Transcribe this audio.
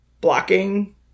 blocking